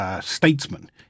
statesman